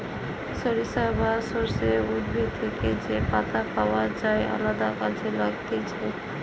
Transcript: সরিষা বা সর্ষে উদ্ভিদ থেকে যে পাতা পাওয় যায় আলদা কাজে লাগতিছে